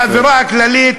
והאווירה הכללית,